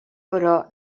però